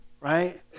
right